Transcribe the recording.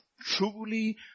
truly